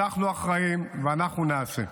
אנחנו אחראים ואנחנו נעשה.